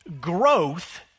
Growth